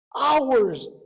Hours